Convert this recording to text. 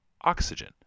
oxygen